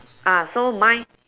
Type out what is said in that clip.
ah so mine